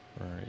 Right